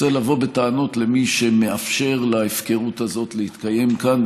צריך לבוא בטענות למי שמאפשר להפקרות הזאת להתקיים כאן,